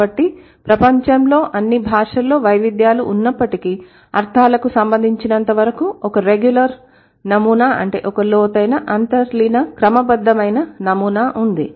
కాబట్టి ప్రపంచంలో అన్నిభాషల్లో వైవిధ్యాలు ఉన్నప్పటికీ అర్థాలకు సంబంధించినంత వరకు ఒక రెగ్యులర్ నమూనా అంటే ఒక లోతైన అంతర్లీన క్రమబద్ధమైన నమూనా ఉంది